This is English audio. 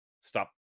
stop